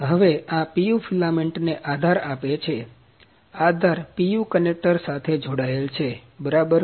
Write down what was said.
હવે આ PU ફિલામેન્ટને આધાર આપે છે આધાર PU કનેક્ટર સાથે જોડાયેલ છે બરાબર